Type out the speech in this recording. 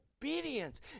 obedience